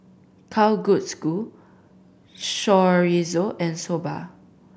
Kalguksu Chorizo and Soba